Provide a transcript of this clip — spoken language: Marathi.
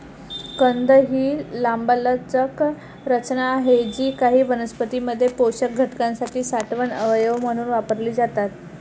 कंद ही लांबलचक रचना आहेत जी काही वनस्पतीं मध्ये पोषक घटकांसाठी साठवण अवयव म्हणून वापरली जातात